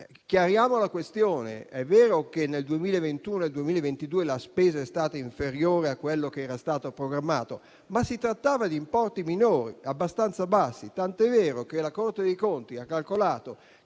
Chiariamo la questione: è vero che nel 2021 e nel 2022 la spesa è stata inferiore a quello che era stato programmato, ma si trattava di importi minori, abbastanza bassi, tant'è vero che la Corte dei conti ha calcolato